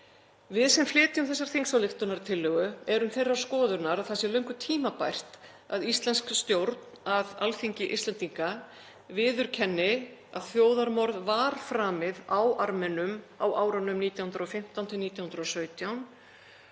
Við sem flytjum þessa þingsályktunartillögu erum þeirrar skoðunar að það sé löngu tímabært að íslensk stjórn, að Alþingi Íslendinga viðurkenni að þjóðarmorð var framið á Armenum á árunum 1915–1917